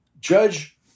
Judge